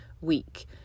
week